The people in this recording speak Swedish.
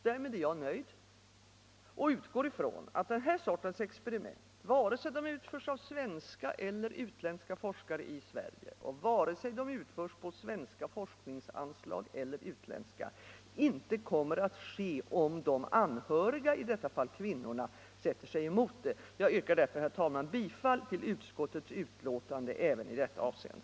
Därmed är jag nöjd och utgår från att den här sortens experiment, vare sig de utförs av svenska eller utländska forskare i Sverige och vare sig de utförs på svenska forskningsanslag eller utländska, inte kommer att ske om de anhöriga — i detta fall kvinnorna — sätter sig emot det. Jag yrkar, herr talman, bifall till utskottets hemställan även i detta avsecnde.